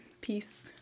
Peace